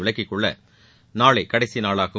விலக்கிக்கொள்ள நாளை கடைசி நாளாகும்